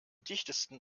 dichtesten